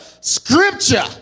scripture